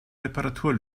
reparatur